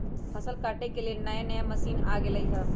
फसल काटे के लेल नया नया मशीन आ गेलई ह